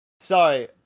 Sorry